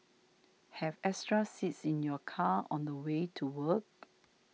have extra seats in your car on the way to work